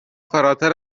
فراتر